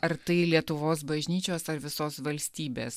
ar tai lietuvos bažnyčios ar visos valstybės